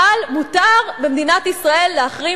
אבל מותר במדינת ישראל להחרים,